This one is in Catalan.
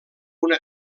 una